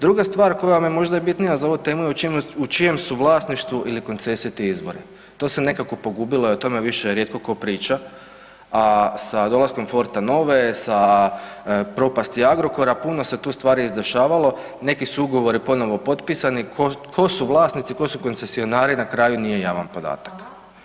Druga stvar koja mi je možda i bitnija za ovu temu u čijem su vlasništvu ili koncesije ti izvori, to se nekako pogubilo i o tome više rijetko tko priča, a sa dolaskom Forta Nove, sa propasti Agrokora puno se tu stvari izdešavalo, neki su ugovori ponovo potpisi, tko su vlasnici, tko su koncesionari na kraju nije javan podatak.